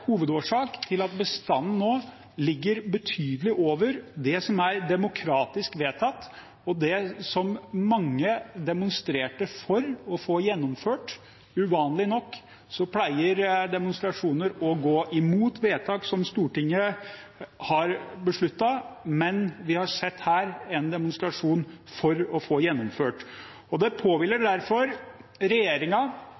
hovedårsak til at bestanden nå ligger betydelig over det som er demokratisk vedtatt, og det som mange demonstrerte for å få gjennomført. Uvanlig nok pleier demonstrasjoner å gå imot vedtak som Stortinget har gjort, men her har vi sett en demonstrasjon for å få det gjennomført. Det påhviler